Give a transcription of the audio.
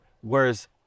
whereas